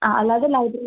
ആ അല്ലാതെ ലൈബ്രറി